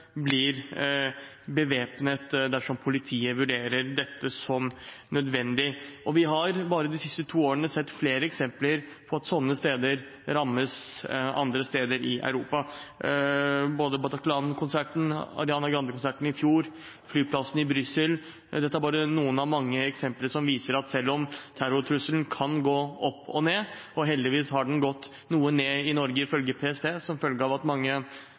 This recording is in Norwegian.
blir bevæpnet dersom politiet vurderer dette som nødvendig. Bare de siste to årene har vi sett flere eksempler på at sånne steder rammes andre steder i Europa. Bataclan-konserten, Ariana Grande-konserten i fjor og flyplassen i Brussel er bare noen av mange eksempler som viser at selv om terrortrusselen kan gå opp og ned – og heldigvis er den gått noe ned i Norge, ifølge PST, som følge av at mange